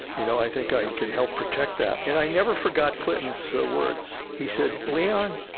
you know, i think i can help protect that, and i never forgot clinton's so words he said, leon,